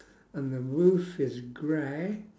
and the roof is grey